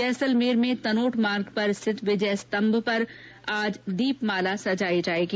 जैसलमेर में तनोट मार्ग पर स्थित विजय स्तंभ पर भी आज दीपमाला सजाई जाएगी